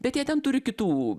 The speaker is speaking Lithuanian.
bet jie ten turi kitų